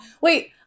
Wait